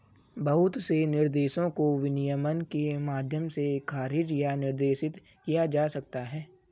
बहुत से निर्देशों को विनियमन के माध्यम से खारिज या निर्देशित किया जा सकता है